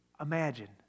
Imagine